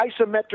isometric